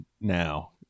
now